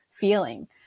feeling